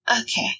Okay